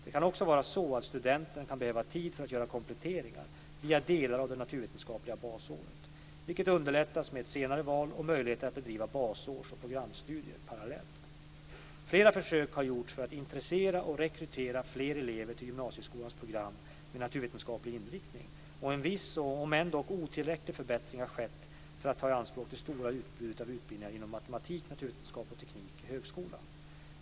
Det kan också vara så att studenten kan behöva tid för att göra kompletteringar via delar av det naturvetenskapliga basåret, vilket underlättas med ett senare val och möjlighet att bedriva basårs och programstudier parallellt. Flera försök har gjorts för att intressera och rekrytera flera elever till gymnasieskolans program med naturvetenskaplig inriktning, och en viss om ändock otillräcklig förbättring har skett för att ta i anspråk det stora utbudet av utbildningar inom matematik, naturvetenskap och teknik i högskolan.